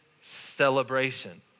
celebration